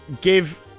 give